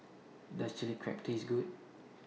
Does Chilli Crab Taste Good